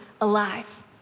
alive